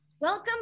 Welcome